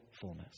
fullness